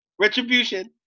Retribution